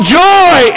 joy